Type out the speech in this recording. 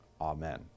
amen